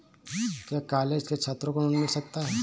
क्या कॉलेज के छात्रो को ऋण मिल सकता है?